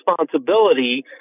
responsibility